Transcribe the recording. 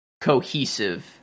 cohesive